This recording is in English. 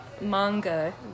manga